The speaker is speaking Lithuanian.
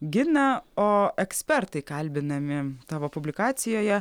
gina o ekspertai kalbinami tavo publikacijoje